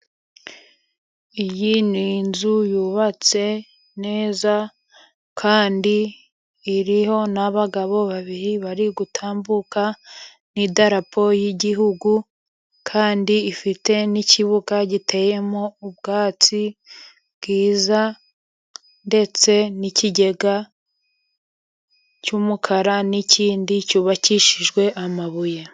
iyi ni inzu yubatse neza kandi iriho n'abagabo babiri bari gutambuka n'idarapo y'igihugu kandi ifite n'ikibuga giteyemo ubwatsi bwiza ndetse n'ikigega cy'umukara ndetse n'ikindi cyubakishijwe amabuye.